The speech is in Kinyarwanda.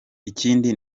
ikindi